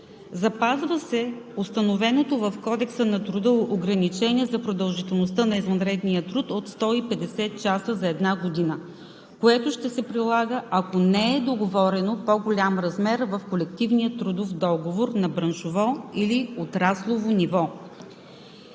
Запазва се установеното в Кодекса на труда ограничение за продължителността на извънредния труд от 150 часа за една година, което ще се прилага, ако не е договорен по-голям размер в колективния трудов договор на браншово или отраслово ниво.